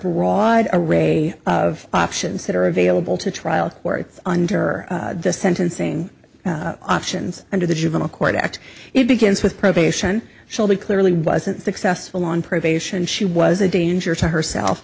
broad array of options that are available to trial or under the sentencing options under the juvenile court act it begins with probation she'll be clearly wasn't successful on probation she was a danger to herself